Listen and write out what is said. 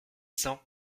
cent